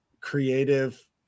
creative